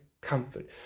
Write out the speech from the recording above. comfort